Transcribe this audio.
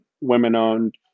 women-owned